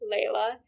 Layla